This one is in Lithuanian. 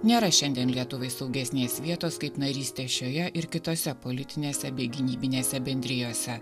nėra šiandien lietuvai saugesnės vietos kaip narystė šioje ir kitose politinėse bei gynybinėse bendrijose